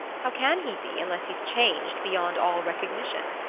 how can he be, unless he's changed beyond all recognition?